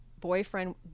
boyfriend